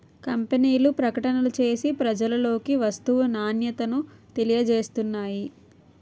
కంపెనీలు ప్రకటనలు చేసి ప్రజలలోకి వస్తువు నాణ్యతను తెలియజేస్తున్నాయి